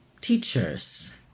Teachers